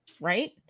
right